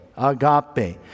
agape